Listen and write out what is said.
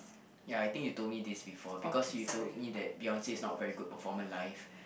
ya I think you told me this before because you told me that Beyonce is not a very good performer live